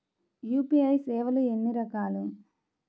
UPI సేవలు ఎన్నిరకాలు?